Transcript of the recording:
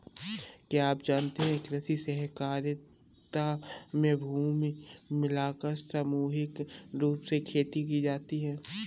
क्या आप जानते है कृषि सहकारिता में भूमि मिलाकर सामूहिक रूप से खेती की जाती है?